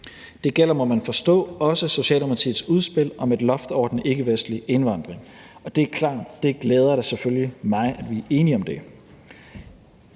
det gælder – må man forstå – også Socialdemokratiets udspil om et loft over den ikkevestlige indvandring, og det er da selvfølgelig klart,